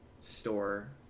store